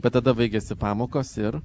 bet tada baigiasi pamokos ir